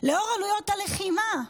לאור עלויות הלחימה?